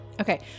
Okay